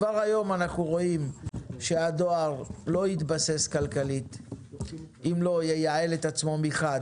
כבר היום אנחנו רואים שהדואר לא יתבסס כלכלית אם לא ייעל את עצמו מחד